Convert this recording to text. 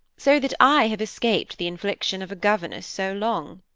so that i have escaped the infliction of a governess so long.